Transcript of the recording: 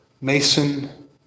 mason